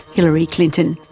hillary clinton.